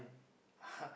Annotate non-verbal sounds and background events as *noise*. *laughs*